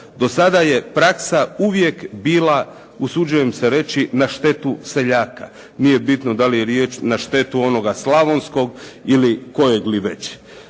Do sada je praksa uvijek bila, usuđujem se reći na štetu seljaka. Nije bitno da li je riječ na štetu onoga slavonskog ili kojeg li već.